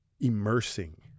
immersing